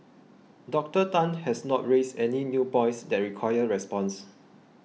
Doctor Tan has not raised any new points that require response